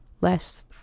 less